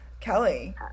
Kelly